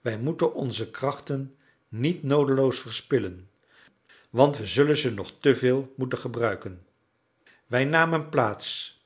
wij moeten onze krachten niet noodeloos verspillen want we zullen ze nog te veel moeten gebruiken wij namen plaats